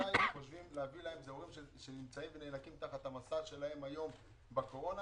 אלה הורים שנאנקים בקורונה.